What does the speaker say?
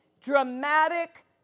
dramatic